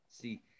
see